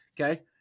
Okay